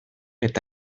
eta